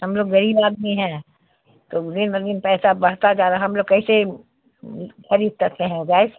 ہم لوگ غریب آدمی ہیں تو دن بہ دن پیسہ بڑھتا جا رہا ہے ہم لوگ کیسے خرید سکتے ہیں گیس